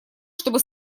чтобы